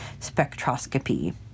spectroscopy